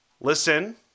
listen